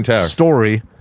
story